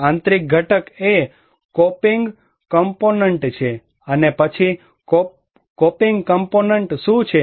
આંતરિક ઘટક એ કોપિંગ કમ્પોનન્ટ છે અને પછી કોપિંગ કમ્પોનન્ટ શું છે